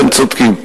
אתם צודקים.